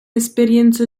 esperienze